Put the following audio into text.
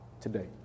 today